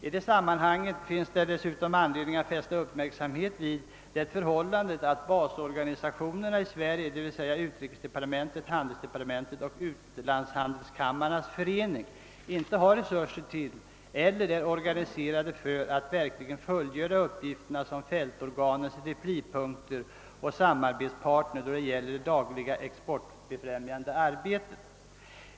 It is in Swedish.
I det sammanhanget finns det dessutom anledning fästa uppmärksamheten på det förhållandet att basorganisationerna i Sverige, d.v.s. utrikesdepartementet, handelsdepartementet och Utlandshandelskamrarnas förening, inte har resurser till eller är organiserade för att verkligen fullgöra uppgifterna som = fältorganens replipunkter och samarbetspartner när det gäller det dagliga exportbefrämjande arbetet.